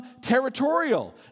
territorial